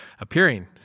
appearing